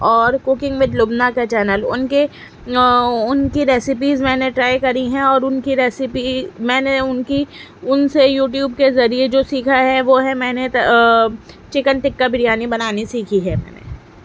اور ککنگ میں لبنہ کا چینل ان کی ان کے ریسیپیز میں نے ٹرائی کری ہیں اور ان کی ریسیپی میں نے ان کی ان سے یوٹیوب کے ذریعہ جو سیکھا ہے وہ ہے میں نے چکن ٹکا بریانی بنانی سیکھی ہے